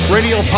Radio